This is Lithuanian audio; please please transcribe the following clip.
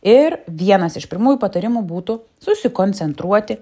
ir vienas iš pirmųjų patarimų būtų susikoncentruoti